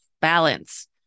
balance